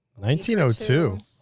1902